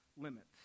limits